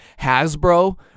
Hasbro